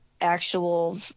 actual